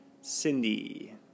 Cindy